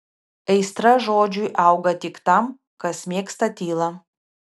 aistra žodžiui auga tik tam kas mėgsta tylą